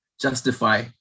justify